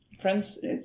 friends